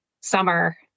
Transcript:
summer